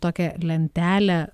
tokią lentelę